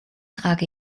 trage